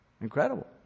incredible